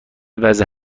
وضع